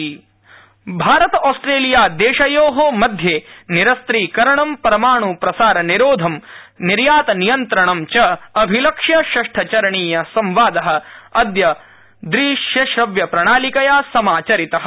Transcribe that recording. Bharata Australia Bharat ऑस्ट्रेलियादेशयो मध्ये निरस्त्रीकरणं परमाण् प्रसार निरोधं निर्यातनियन्त्रणं च अभिलक्ष्य षष्ठ चरणीय संवादः अद्य दृश्यश्रव्य प्रणालिकया समाचरितः